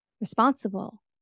Responsible